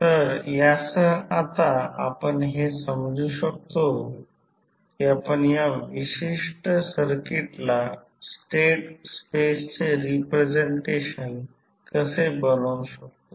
तर यासह आता आपण हे समजू शकतो की आपण या विशिष्ट सर्किटला स्टेट स्पेसचे रिप्रेझेंटेशन कसे बनवू शकतो